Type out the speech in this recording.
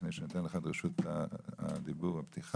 לפני שאני אתן לך את רשות הדיבור בפתיחה,